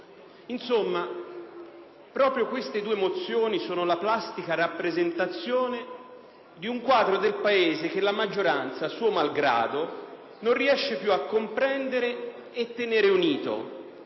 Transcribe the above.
Venezia e Trieste. Queste due mozioni sono la plastica rappresentazione di un quadro del Paese che la maggioranza, suo malgrado, non riesce più a comprendere e tenere unito,